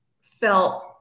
felt